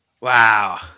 Wow